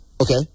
Okay